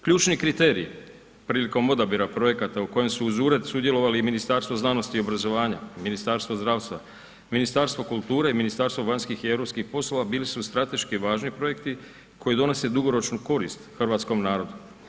Ključni kriteriji prilikom odabira projekata u kojem su uz ured sudjelovali i Ministarstvo znanosti i obrazovanja, Ministarstvo zdravstva, Ministarstvo kulture i Ministarstvo vanjskih i europskih poslova, bili su strateško važni projekti koji donose dugoročnu korist hrvatskom narodu.